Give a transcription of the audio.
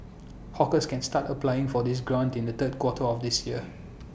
hawkers can start applying for this grant in the third quarter of this year